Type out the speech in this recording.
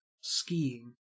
Skiing